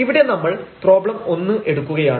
ഇവിടെ നമ്മൾ പ്രശ്നം 1 എടുക്കുകയാണ്